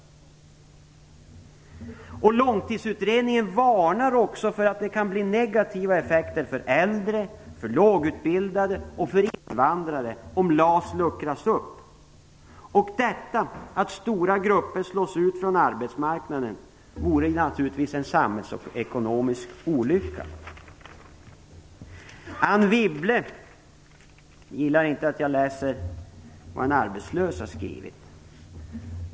Långtidsutredningen varnar också för att effekterna för äldre, lågutbildade och invandrare kan bli negativa om LAS luckras upp. Om stora grupper slås ut från arbetsmarknaden är det naturligtvis en samhällsekonomisk olycka. Anne Wibble gillar inte att jag läser vad en arbetslös har skrivit.